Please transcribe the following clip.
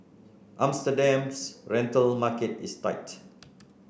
Amsterdam's rental market is tight